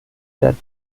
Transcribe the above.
der